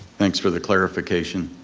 thanks for the clarification.